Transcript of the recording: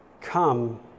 come